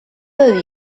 del